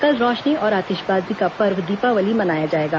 कल रौशनी और आतिशबाजी का पर्व दीपावली मनाया जाएगा